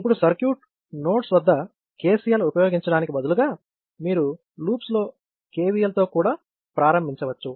ఇప్పుడు circuit nodes వద్ద KCL ఉపయోగించడానికి బదులుగా మీరు లూప్స్ లో KVL తో కూడా ప్రారంభించవచ్చు